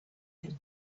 him